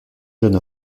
jeune